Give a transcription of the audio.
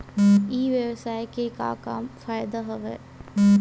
ई व्यवसाय के का का फ़ायदा हवय?